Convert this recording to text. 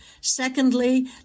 Secondly